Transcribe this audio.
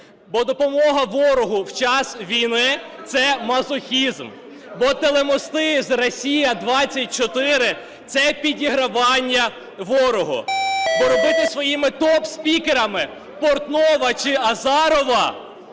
бо допомога ворогу в час війни – це мазохізм. Бо телемости з "Росія-24" – це підігрування ворогу. Бо робити своїми топ-спікерами Портнова чи Азарова,